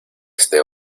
este